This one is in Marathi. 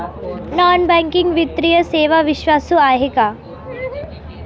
नॉन बँकिंग वित्तीय सेवा विश्वासू आहेत का?